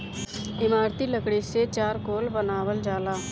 इमारती लकड़ी से चारकोल बनावल जाला